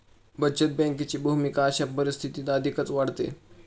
बचत बँकेची भूमिका अशा परिस्थितीत अधिकच वाढते